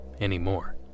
anymore